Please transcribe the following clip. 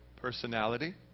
Personality